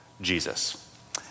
Jesus